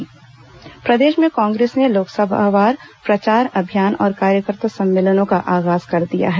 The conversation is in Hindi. कांग्रेस सम्मेलन प्रदेश में कांग्रेस ने लोकसभावार प्रचार अभियान और कार्यकर्ता सम्मेलनों का आगाज कर दिया है